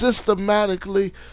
systematically